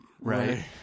Right